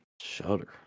Shudder